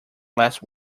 last